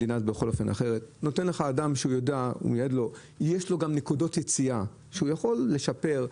יש לו גם נקודות יציאה שהוא יכול לשפר,